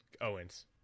Owens